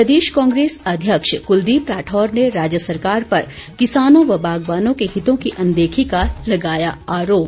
प्रदेश कांग्रेस अध्यक्ष कुलदीप राठौर ने राज्य सरकार पर किसानों व बागवानों के हितों की अनदेखी का लगाया आरोप